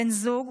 בן זוג,